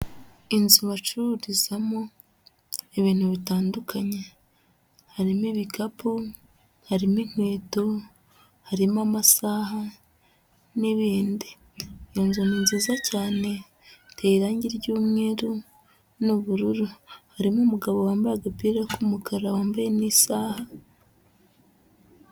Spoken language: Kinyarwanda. Inzu bacururizamo ibintu bitandukanye, harimo ibikapu, harimo inkweto, harimo amasaha n'ibindi. Inzu ni nziza cyane, iteye irangi ry'umweru n'ubururu, harimo umugabo wambaye agapira k'umukara, wambaye n'isaha.